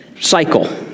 cycle